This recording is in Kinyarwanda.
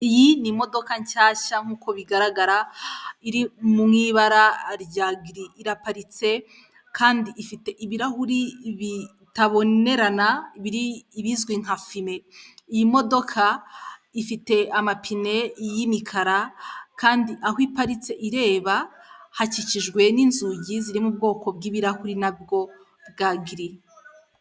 Iyi ni imodoka nshyashya nk'uko bigaragara iri mu ibara rya grey iraparitse kandi ifite ibirahuri bitabonerana ibizwi nka fime, iyi modoka ifite amapine y'imikara kandi aho iparitse ireba hakikijwe n'inzugi ziri mu bwoko bw'ibirahuri nabwo bwa grey.